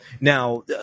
Now